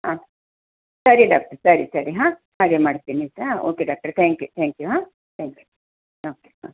ಹಾಂ ಸರಿ ಡಾಕ್ಟರ್ ಸರಿ ಸರಿ ಹಾ ಹಾಗೆ ಮಾಡ್ತೀನಿ ಆಯಿತಾ okay doctor thank you thank you ಹಾ ಥ್ಯಾಂಕ್ ಯು ಓಕೆ ಓಕೆ